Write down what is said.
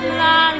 la